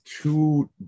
two